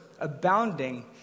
abounding